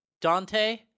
Dante